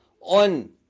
on